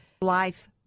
life